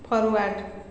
forward